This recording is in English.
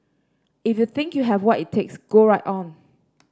if you think you have what it takes go right on